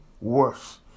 worse